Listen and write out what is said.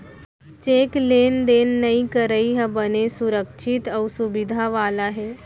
cheque ले लेन देन करई ह बने सुरक्छित अउ सुबिधा वाला हे